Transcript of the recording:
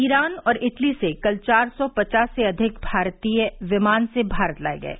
Iran और Italy से कल चार सौ पचास से अधिक भारतीय विमान से भारत लाये गये